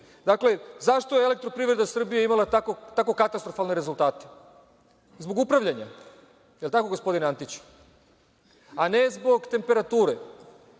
uveli. Dakle, zašto je „Elektroprivreda Srbije“ imala tako katastrofalne rezultate? Zbog upravljanja, je li tako, gospodine Antiću, a ne zbog temperature?